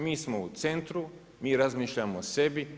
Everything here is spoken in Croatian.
Mi smo u centru, mi razmišljamo o sebi.